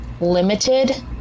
limited